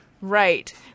Right